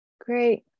Great